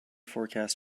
forecast